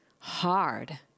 hard